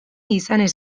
izanez